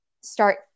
start